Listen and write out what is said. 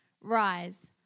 Rise